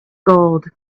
gold